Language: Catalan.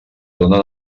donen